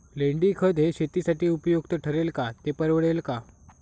लेंडीखत हे शेतीसाठी उपयुक्त ठरेल का, ते परवडेल का?